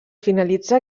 finalitzar